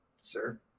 sir